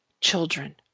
children